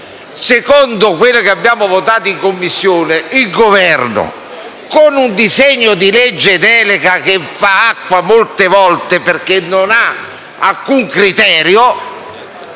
Secondo quanto abbiamo votato in Commissione, il Governo, con un disegno di legge delega che molte volte fa acqua non avendo alcun criterio,